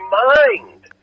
mind